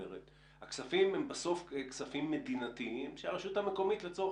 הכספים הם בסוף כספים מדינתיים שהרשות המקומית מהווה